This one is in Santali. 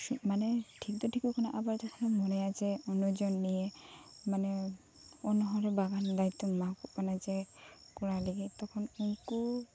ᱢᱟᱱᱮ ᱴᱷᱤᱠ ᱫᱚ ᱴᱷᱤᱠᱚᱜ ᱠᱟᱱᱟ ᱟᱵᱟᱨ ᱢᱚᱱᱮᱭᱟ ᱚᱱᱱᱚ ᱡᱚᱱᱱᱤᱭᱮ ᱢᱟᱱᱮ ᱚᱱᱱᱚ ᱦᱚᱲ ᱵᱟᱜᱟᱱ ᱫᱟᱭᱤᱛᱛᱚᱢ ᱮᱢᱟ ᱠᱚ ᱠᱟᱱᱟ ᱡᱮ ᱠᱚᱨᱟᱣ ᱞᱟᱹᱜᱤᱫ ᱛᱚᱠᱷᱚᱱ ᱩᱱᱠᱩ